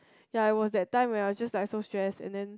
ya it was that time when I was just like so stressed and then